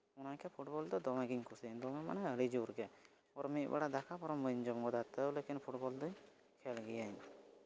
ᱚᱱᱟᱜᱮ ᱯᱷᱩᱴᱵᱚᱞ ᱫᱚ ᱫᱚᱢᱮ ᱜᱤᱧ ᱠᱩᱥᱤᱭᱟᱜᱼᱟ ᱫᱚᱢᱮ ᱢᱟᱱᱮ ᱟᱹᱰᱤ ᱡᱳᱨ ᱜᱮ ᱵᱚᱨᱚᱝ ᱢᱤᱫ ᱵᱮᱲᱟ ᱫᱟᱠᱟ ᱵᱚᱨᱚᱝ ᱵᱟᱹᱧ ᱡᱚᱢ ᱜᱚᱫᱟ ᱛᱟᱹᱣ ᱞᱤᱠᱤᱱ ᱯᱷᱩᱴᱵᱚᱞ ᱫᱩᱧ ᱠᱷᱮᱹᱞ ᱜᱤᱭᱟᱹᱧ